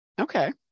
Okay